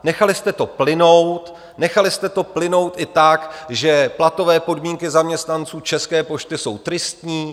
Nechali jste to plynout, nechali jste to plynout i tak, že platové podmínky zaměstnanců České pošty jsou tristní.